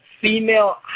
female